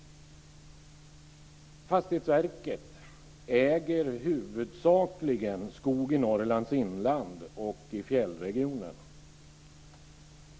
Fastighetsverket äger huvudsakligen skog i Norrlands inland och i fjällregionen.